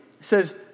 says